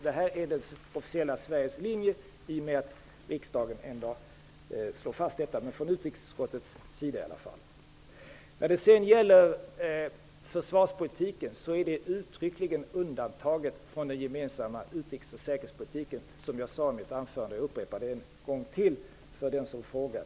Det är utrikesutskottets och i och med att riksdagen slår fast detta det officiella Sveriges linje. Försvarspolitiken är uttryckligen undantagen från den gemensamma utrikes och säkerhetspolitiken. Jag sade det i mitt anförande, och jag upprepar det med anledning av den fråga som ställdes.